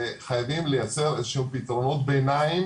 וחייבים לייצר איזה שהוא פתרון ביניים